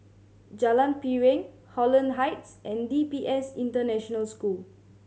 Jalan Piring Holland Heights and D P S International School